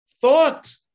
thought